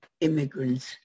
immigrants